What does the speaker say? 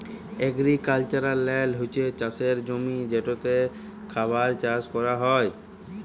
agricultural land হছে চাষের জমি যেটতে খাবার চাষ ক্যরা হ্যয়